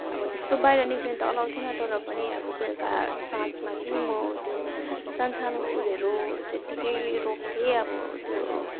अब त्यस्तो बाहिर निक्लिन त अलाउ थिएन तर पनि अब बेलुका साँझमा चाहिँ म त्यो सानो सानो फुलहरू त्यतिकै रोप्थेँ अब त्यो